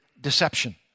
deception